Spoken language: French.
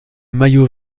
maillot